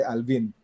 Alvin